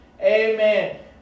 Amen